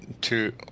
two